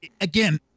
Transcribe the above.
again